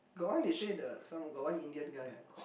got one they say the some got one the Indian guy ah quite